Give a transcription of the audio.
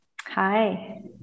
Hi